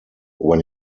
when